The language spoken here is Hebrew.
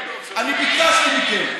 אני מבקשת לתקן,